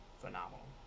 phenomenal